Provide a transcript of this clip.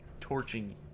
torching